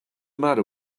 matter